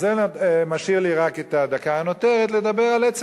אז זה משאיר לי רק את הדקה הנותרת לדבר על עצם